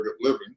living